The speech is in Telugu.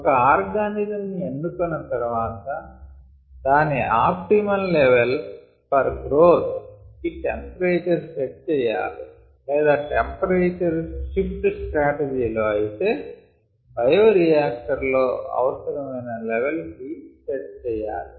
ఒక ఆర్గానిజం ని ఎన్నుకొన్న తర్వాత దాని ఆప్టిమల్ లెవెల్ ఫర్ గ్రోత్ కి టెంపరేచర్ సెట్ చెయ్యాలి లేదా టెంపరేచర్ షిఫ్ట్ స్ట్రాటజీ లో అయితే బయోరియాక్టర్ లో అవసరమయిన లెవెల్ కి సెట్ చెయ్యాలి